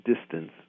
distance